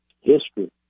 history